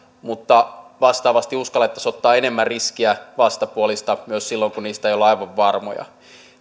mutta vastaavasti uskallettaisiin ottaa enemmän riskiä vastapuolista myös silloin kun niistä ei olla aivan varmoja